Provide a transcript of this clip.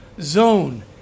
zone